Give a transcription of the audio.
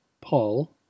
Paul